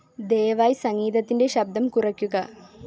ദയവായി സംഗീതത്തിന്റെ ശബ്ദം കുറയ്ക്കുക